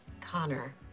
Connor